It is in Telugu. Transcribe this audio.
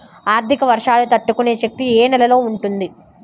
అధిక వర్షాలు తట్టుకునే శక్తి ఏ నేలలో ఉంటుంది?